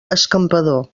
escampador